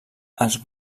els